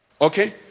Okay